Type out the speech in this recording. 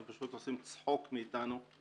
ופשוט עושים צחוק מאיתנו,